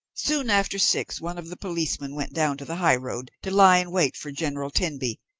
soon after six one of the policemen went down to the high road to lie in wait for general tenby,